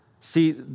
See